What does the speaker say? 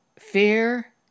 fear